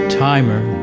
timer